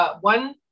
one